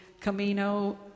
Camino